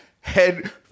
head